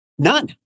none